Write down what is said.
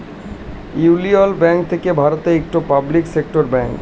ইউলিয়ল ব্যাংক থ্যাকে ভারতের ইকট পাবলিক সেক্টর ব্যাংক